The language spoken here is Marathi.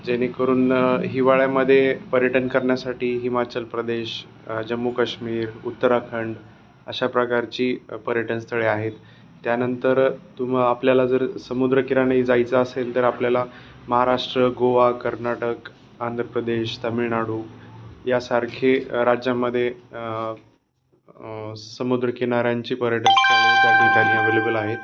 जेणेकरून हिवाळ्यामध्ये पर्यटन करण्यासाठी हिमाचल प्रदेश जम्मू कश्मीर उत्तराखंड अशा प्रकारची पर्यटनस्थळे आहेत त्यानंतर तुम आपल्याला जर समुद्रकिनारी जायचं असेल तर आपल्याला महाराष्ट्र गोवा कर्नाटक आंध्र प्रदेश तामिळनाडू यासारखे राज्यामध्ये आ समुद्रकिनाऱ्यांची पर्यटन स्थळे त्यांनी अवेलेबल आहेत